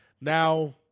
now